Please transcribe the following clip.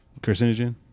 Carcinogen